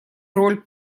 роль